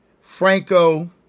Franco